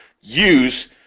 use